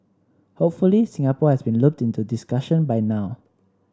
hopefully Singapore has been looped into the discussion by now